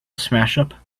smashup